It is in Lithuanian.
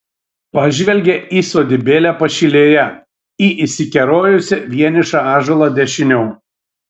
pažvelgė į sodybėlę pašilėje į išsikerojusį vienišą ąžuolą dešiniau